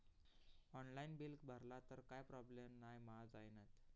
Online bill भरला तर काय प्रोब्लेम नाय मा जाईनत?